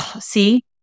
see